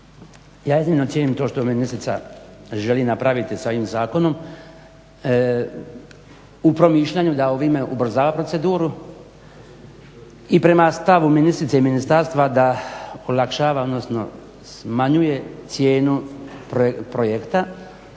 ja iznimno cijenim to što ministrica želi napraviti sa ovim zakonom u promišljanju da ovim ubrzava proceduru i prema stavu ministrice i ministarstva da olakšava odnosno smanjuje cijenu projekta